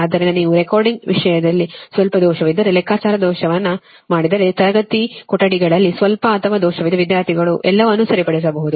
ಆದ್ದರಿಂದ ನೀವು ಈ ರೆಕಾರ್ಡಿಂಗ್ ವಿಷಯವನ್ನು ಸ್ವಲ್ಪ ದೋಷವಿದ್ದರೆ ಲೆಕ್ಕಾಚಾರದ ದೋಷವನ್ನು ಮಾಡಿದರೆ ತರಗತಿ ಕೊಠಡಿಗಳಲ್ಲಿ ಸ್ವಲ್ಪ ಅಥವಾ ದೋಷವಿದ್ದರೆ ವಿದ್ಯಾರ್ಥಿಗಳು ಎಲ್ಲವನ್ನೂ ಸರಿಪಡಿಸಬಹುದು